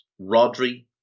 Rodri